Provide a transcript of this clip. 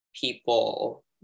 people